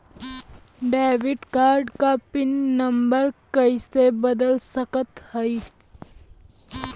Debit card क PIN number कइसे बदल सकत हई?